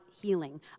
healing